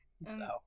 No